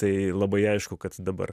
tai labai aišku kad dabar